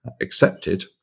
accepted